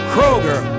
Kroger